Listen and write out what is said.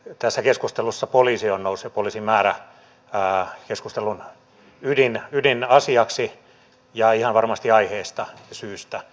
tässä keskustelussa poliisi ja poliisimäärä ovat nousseet keskustelun ydinasiaksi ja ihan varmasti aiheesta ja syystä